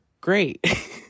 great